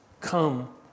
Come